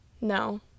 No